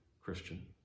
Christian